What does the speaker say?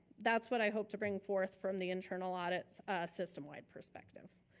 that's what i hope to bring forth from the internal audits system wide perspective.